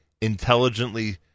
intelligently